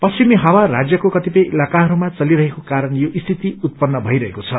पश्चिमी हावा राज्यको कतिपय इलाकाइरूमा चलिरहेको क्वरण यो स्थिति उत्पत्र भइरहेको छ